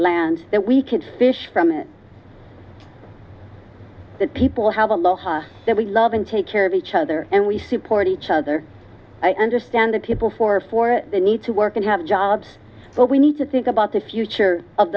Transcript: land that we can fish from and the people have aloha that we love and take care of each other and we support each other i understand that people for for they need to work and have jobs but we need to think about the future of